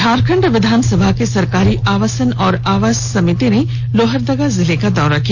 झारखण्ड विधानसभा की सरकारी आवासन एवं आवास समिति ने लोहरदगा जिले का दौरा किया